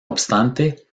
obstante